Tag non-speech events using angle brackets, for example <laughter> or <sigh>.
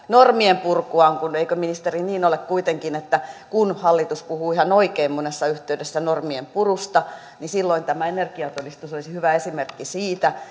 normien purkua on kun eikö ministeri niin ole kuitenkin että kun hallitus puhuu ihan oikein monessa yhteydessä normien purusta niin silloin tämä energiatodistus olisi hyvä esimerkki siitä <unintelligible>